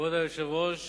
כבוד היושב-ראש